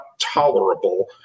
tolerable